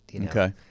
Okay